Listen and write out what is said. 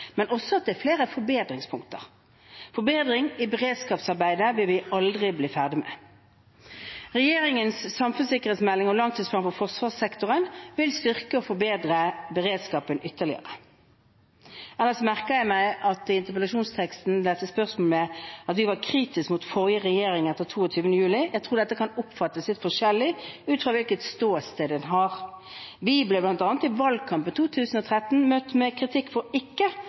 men også at det er flere forbedringspunkter. Forbedring i beredskapsarbeidet vil vi aldri bli ferdig med. Regjeringens samfunnssikkerhetsmelding og langtidsplan for forsvarssektoren vil styrke og forbedre beredskapen ytterligere. Ellers merker jeg meg at når det gjelder dette spørsmålet i interpellasjonsteksten om at vi var kritiske mot forrige regjering etter 22. juli, tror jeg dette kan oppfattes litt forskjellig ut fra hvilket ståsted en har. Vi ble bl.a. i valgkampen 2013 møtt med kritikk for ikke